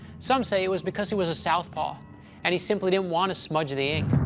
some say it was because he was a southpaw and he simply didn't want to smudge the ink.